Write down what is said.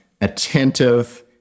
attentive